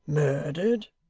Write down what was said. murdered!